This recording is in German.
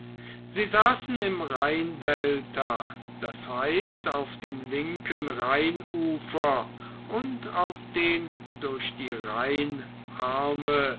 sie saßen im rheindelta das heißt auf dem linken rheinufer und auf den durch die